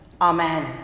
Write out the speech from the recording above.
Amen